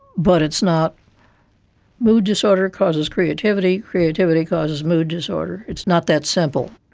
but it's not mood disorder causes creativity, creativity causes mood disorder', it's not that simple.